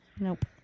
Nope